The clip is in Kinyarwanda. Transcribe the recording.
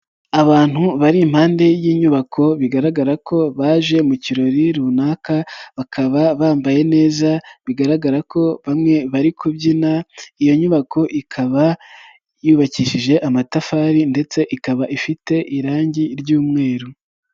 Abantu bari impande y'inyubako bigaragara ko baje mu kirori runaka, bakaba bambaye neza bigaragara ko bamwe bari kubyina, iyo nyubako ikaba yubakishije amatafari ndetse ikaba ifite irangi ry'umweru.